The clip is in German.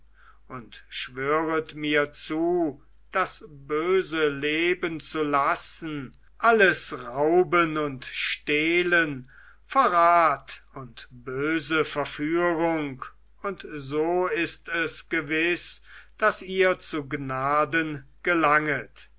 und schwöret mir zu das böse leben zu lassen alles rauben und stehlen verrat und böse verführung und so ist es gewiß daß ihr zu gnaden gelanget